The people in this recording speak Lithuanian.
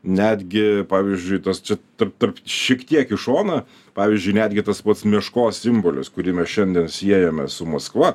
netgi pavyzdžiui tas tarp tarp šiek tiek į šoną pavyzdžiui netgi tas pats meškos simbolis kurį mes šiandien siejame su maskva